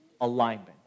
alignment